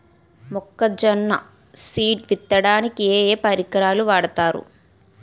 మొక్కజొన్న సీడ్ విత్తడానికి ఏ ఏ పరికరాలు వాడతారు?